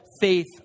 faith